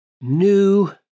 new